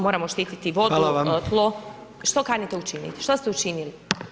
Moramo štiti vodu, tlo, što kanite učiniti, što ste učinili?